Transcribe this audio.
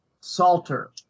Salter